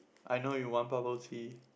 I know you want bubble tea